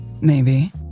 Maybe